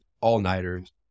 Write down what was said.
all-nighters